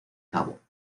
cabo